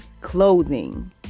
clothing